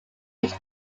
each